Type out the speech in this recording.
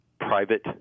private